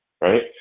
right